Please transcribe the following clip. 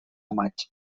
maig